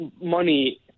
money